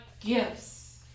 gifts